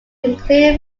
include